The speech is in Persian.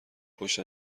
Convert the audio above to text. پشت